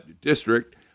district